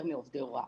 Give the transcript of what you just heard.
מאשר עובדי ההוראה.